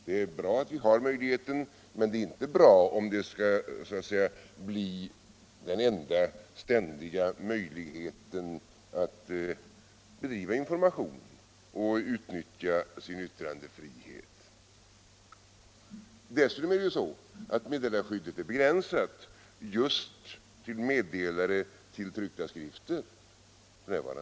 Det är bra att meddelarskyddet finns, men det är inte bra om det skall bli den enda och ständiga möjligheten att bedriva information och utnyttja sin yttrandefrihet. Dessutom är meddelarskyd det f. n. begränsat just till meddelare till tryckta skrifter.